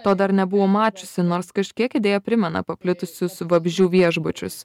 to dar nebuvo mačiusi nors kažkiek idėja primena paplitusius vabzdžių viešbučius